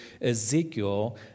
Ezekiel